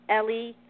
Ellie